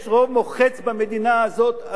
יש רוב מוחץ במדינה הזאת,